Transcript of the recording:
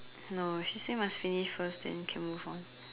no she say must finish first then can move on